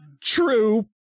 true